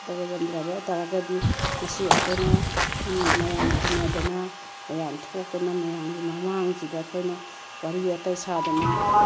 ꯇꯧꯔꯝꯗ꯭ꯔꯕ ꯇꯥꯔꯒꯗꯤ ꯉꯁꯤ ꯑꯩꯈꯣꯏꯅ ꯃꯌꯥꯝ ꯇꯤꯟꯅꯗꯅ ꯃꯌꯥꯝ ꯊꯣꯛꯇꯅ ꯃꯌꯥꯝꯒꯤ ꯃꯃꯥꯡꯁꯤꯗ ꯑꯩꯈꯣꯏꯅ ꯋꯥꯔꯤ ꯋꯥꯇꯥꯏ ꯁꯥꯗꯅ